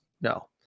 no